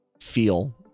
feel